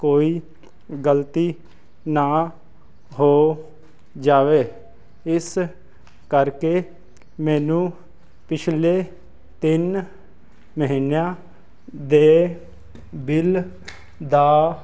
ਕੋਈ ਗਲਤੀ ਨਾ ਹੋ ਜਾਵੇ ਇਸ ਕਰਕੇ ਮੈਨੂੰ ਪਿਛਲੇ ਤਿੰਨ ਮਹੀਨਿਆਂ ਦੇ ਬਿੱਲ ਦਾ